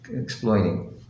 exploiting